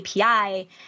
API